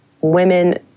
women